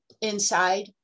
inside